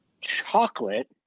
chocolate